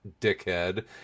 dickhead